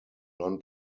non